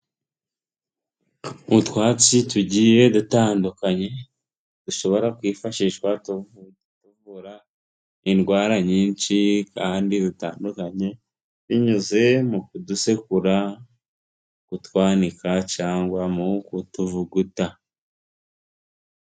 Utwatsi tugiye dutandukanye dushobora kwifashishwa tuvura indwara nyinshi kandi dutandukanye, binyuze mu kudusekura, kutwanika cyangwa mu kutuvuguta.